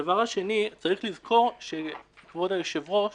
הדבר השני, צריך לזכור, כבוד היושב-ראש,